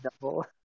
double